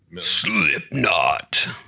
slipknot